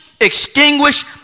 extinguish